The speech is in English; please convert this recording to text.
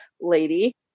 lady